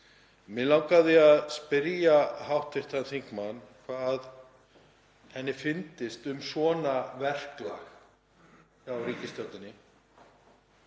Mig langaði að spyrja hv. þingmann hvað henni fyndist um svona verklag hjá ríkisstjórninni,